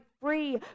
free